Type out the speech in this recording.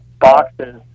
boxes